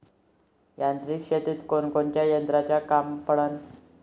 यांत्रिक शेतीत कोनकोनच्या यंत्राचं काम पडन?